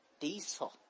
Diesel